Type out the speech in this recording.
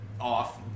off